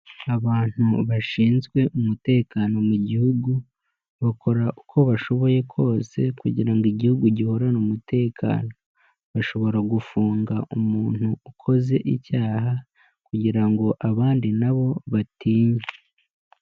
Abantu bashinzwe umutekano mu gihugu, bakora uko bashoboye kose kugira ngo igihugu gihorane umutekano, bashobora gufunga umuntu ukoze icyaha kugira ngo abandi nabo batinye.